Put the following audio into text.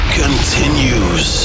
continues